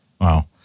Wow